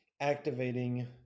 activating